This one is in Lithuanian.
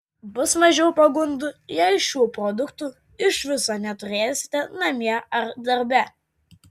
bus mažiau pagundų jei šių produktų iš viso neturėsite namie ar darbe